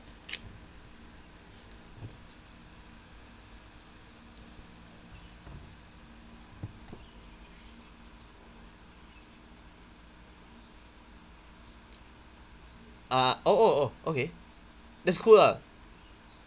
uh oh oh oh okay that's cool lah